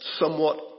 somewhat